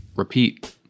repeat